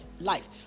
life